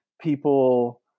people